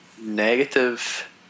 negative